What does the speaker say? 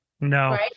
No